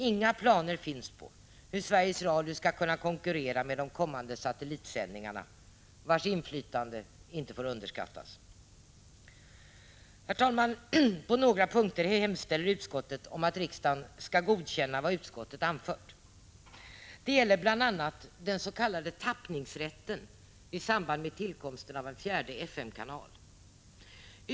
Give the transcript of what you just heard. Inga planer finns på hur Sveriges Radio skall kunna konkurrera med de kommande satellitsändningarna, vilkas inflytande inte får underskattas. Herr talman! På några punkter hemställer utskottet om att riksdagen skall godkänna vad utskottet anfört. Det gäller bl.a. den s.k. tappningsrätten i samband med tillkomsten av en fjärde FM-kanal.